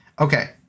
Okay